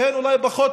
שהן אולי פחות